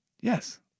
yes